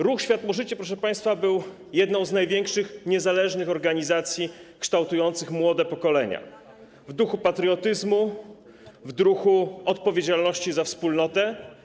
Ruch Światło-Życie, proszę państwa, był jedną z największych niezależnych organizacji kształtujących młode pokolenia w duchu patriotyzmu, w duchu odpowiedzialności za wspólnotę.